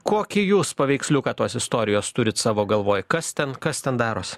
kokį jūs paveiksliuką tos istorijos turit savo galvoj kas ten kas ten daros